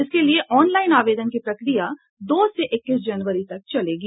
इसके लिए ऑनलाईन आवेदन की प्रक्रिया दो से इकतीस जनवरी तक चलेगी